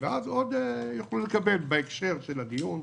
ואז עוד יוכלו לקבל, בהקשר של הדיון.